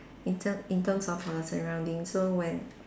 in term in terms of her surroundings so when